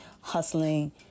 hustling